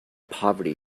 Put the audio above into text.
poverty